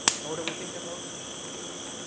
nor do we think that most people,